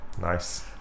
nice